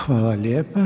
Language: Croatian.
Hvala lijepa.